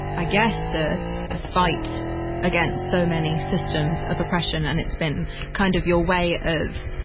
i guess, a fight against so many systems of oppression, and it's been kind of your way of,